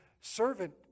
servant